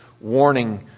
warning